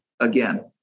again